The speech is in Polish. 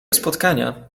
spotkania